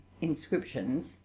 inscriptions